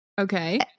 Okay